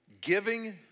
giving